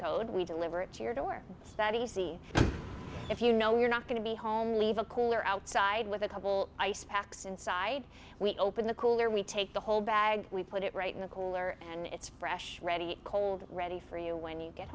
code we deliver it to your door it's that easy if you know you're not going to be home leave a cooler outside with a couple ice packs inside we open the cooler we take the whole bag we put it right in the cooler and it's fresh ready cold ready for you when you get